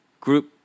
group